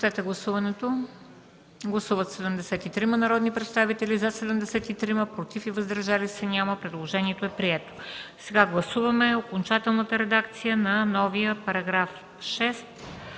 Сега гласуваме окончателната редакция на новия § 6